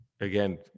again